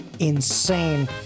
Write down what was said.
insane